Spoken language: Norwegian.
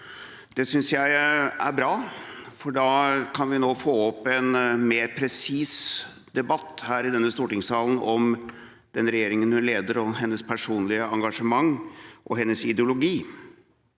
Det synes jeg er bra, for da kan vi nå få en mer presis debatt her i stortingssalen om den regjeringa hun leder, hennes personlige engasjement og hennes ideologi.